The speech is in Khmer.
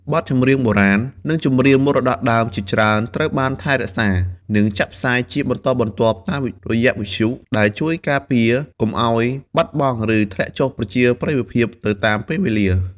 បទចម្រៀងបុរាណ និងចម្រៀងមរតកដើមជាច្រើនត្រូវបានថែរក្សា និងចាក់ផ្សាយជាបន្តបន្ទាប់តាមរយៈវិទ្យុ ដែលជួយការពារកុំឲ្យបាត់បង់ ឬធ្លាក់ចុះប្រជាប្រិយភាពទៅតាមពេលវេលា។